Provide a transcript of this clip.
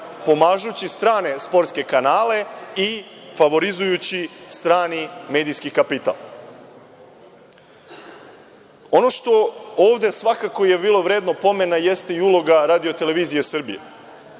pomažući strane sportske kanale i favorizujući strani medijski kapital? Ono što je ovde svakako bilo vredno pomena jeste i uloga RTS-a. Radio-televizija Srbije